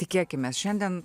tikėkimės šiandien